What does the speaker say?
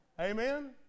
Amen